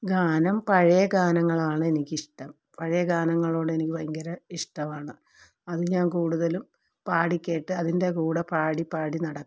ഗാനം പഴയ ഗാനങ്ങളാണ് എനിക്ക് ഇഷ്ടം പഴയ ഗാനങ്ങളോട് എനിക്ക് ഭയങ്കര ഇഷ്ടമാണ് അത് ഞാൻ കൂടുതലും പാടി കേട്ട് അതിൻ്റെ കൂടെ പാടി പാടി നടക്കും